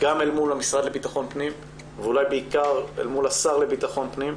גם אל מול המשרד לביטחון פנים ואולי בעיקר אל מול השר לביטחון פנים,